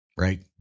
Right